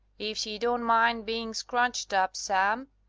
if she don't mind being scrunched up some.